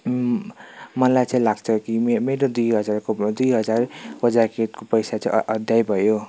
मलाई चाहिँ लाग्छ कि मे मेरो दुई हजारको दुई हजारको ज्याकेटको पैसा चाहिँ अ अदा भयो